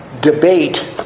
debate